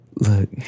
Look